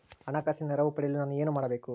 ಹಣಕಾಸಿನ ನೆರವು ಪಡೆಯಲು ನಾನು ಏನು ಮಾಡಬೇಕು?